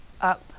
up